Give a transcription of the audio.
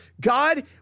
God